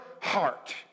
heart